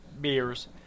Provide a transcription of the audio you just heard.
beers